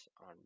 on